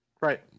Right